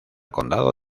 condado